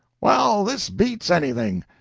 well, this beats anything!